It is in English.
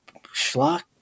schlock